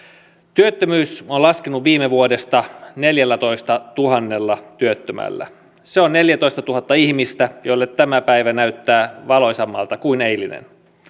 työttömyys on laskenut viime vuodesta neljällätoistatuhannella työttömällä se on neljätoistatuhatta ihmistä joille tämä päivä näyttää valoisamalta kuin eilinen